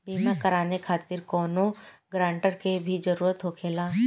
बीमा कराने खातिर कौनो ग्रानटर के भी जरूरत होखे ला?